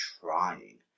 trying